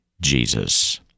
Jesus